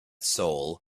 soul